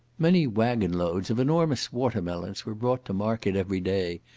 many waggon-loads of enormous water-melons were brought to market every day,